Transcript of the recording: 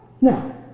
Now